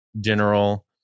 general